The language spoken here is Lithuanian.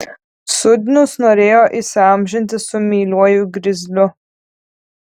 sudnius norėjo įsiamžinti su meiliuoju grizliu